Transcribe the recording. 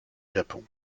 japon